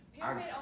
Pyramid